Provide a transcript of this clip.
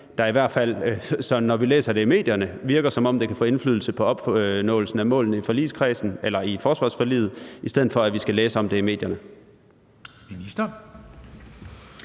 – i hvert fald når vi læser om det i medierne – som om det kan få indflydelse på opnåelsen af målene i forsvarsforliget, i stedet for at vi skal læse om det i medierne.